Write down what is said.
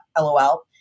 LOL